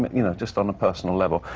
but you know, just on a personal level.